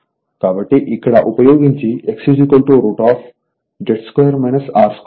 కాబట్టి ఇక్కడ ఉపయోగించి X √Z 2 R2